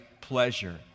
pleasure